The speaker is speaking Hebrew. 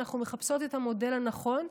אנחנו מחפשות את המודל הנכון,